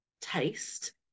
taste